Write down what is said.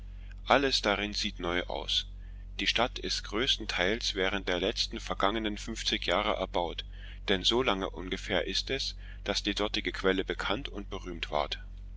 alles darin sieht neu aus die stadt ist größtenteils während der letzten vergangenen fünfzig jahre erbaut denn so lange ungefähr ist es daß die dortige quelle bekannt und berühmt ward